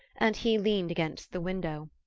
and he leaned against the window.